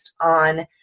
on